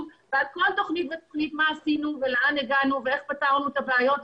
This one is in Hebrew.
ועל כל תוכנית ותוכנית מה עשינו ולאן הגענו ואיך פתרנו את הבעיות,